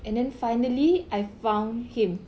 and then finally I found him